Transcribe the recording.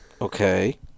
Okay